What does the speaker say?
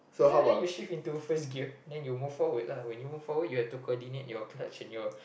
ya then you shift into first gear then you move forward lah when you move forward you have to coordinate your clutch and your